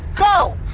go!